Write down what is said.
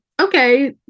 okay